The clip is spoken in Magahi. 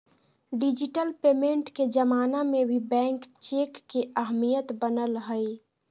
डिजिटल पेमेंट के जमाना में भी बैंक चेक के अहमियत बनल हइ